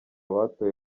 batowe